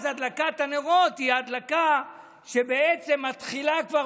אז הדלקת הנרות היא הדלקה שמתחילה כבר